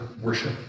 worship